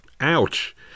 Ouch